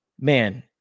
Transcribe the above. man